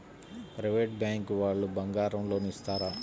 Private bank వాళ్ళు బంగారం loan ఇస్తారా?